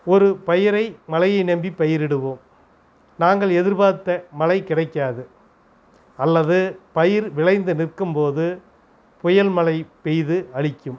ஒரு பயிரை மழையை நம்பி பயிரிடுவோம் நாங்கள் எதிர்பார்த்த மழை கிடைக்காது அல்லது பயிர் விளைந்து நிற்கும் போது புயல் மழை பெய்து அழிக்கும்